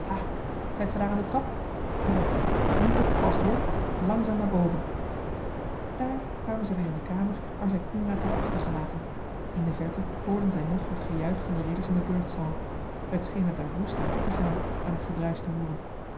zijt ge daar aan de trap mooi nu opgepast hoor langzaam naar boven daar kwamen zij weer in de kamer waar zij coenraad hadden achtergelaten in de verre hoorden zij nog het gejuich van de ridders in de burchtzaal t scheen er daar woest naar toe te gaan aan het gedruisch te hooren